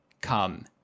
come